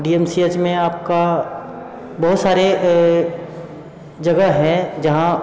D M C H में आपका बहुत सारे जगह है जहाँ